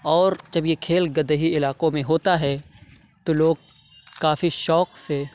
اور جب یہ کھیل دیہی علاقوں میں ہوتا ہے تو لوگ کافی شوق سے